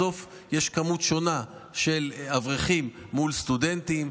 בסוף יש מספר שונה של אברכים מול סטודנטים,